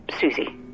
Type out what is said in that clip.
Susie